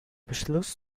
beschluss